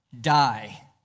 die